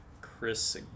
Chris